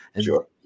Sure